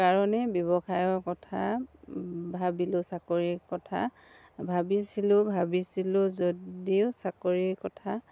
কাৰণেই ব্যৱসায়ৰ কথা ভাবিলোঁ চাকৰিৰ কথা ভাবিছিলোঁ ভাবিছিলোঁ যদিও চাকৰিৰ কথা